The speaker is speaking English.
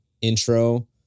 intro